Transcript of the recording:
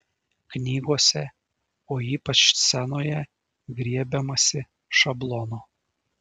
knygose o ypač scenoje griebiamasi šablono